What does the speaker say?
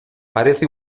parece